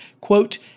quote